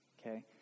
Okay